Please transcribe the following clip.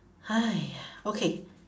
!haiya! okay